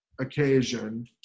occasion